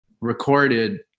recorded